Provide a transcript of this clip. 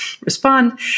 respond